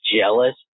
jealous